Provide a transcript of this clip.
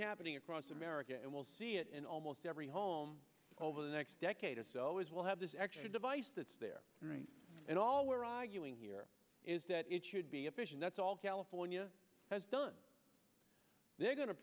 happening across america and we'll see it in almost every home over the next decade or so is we'll have this extra device that's there and all were arguing here is that it should be efficient that's all california has done they're going to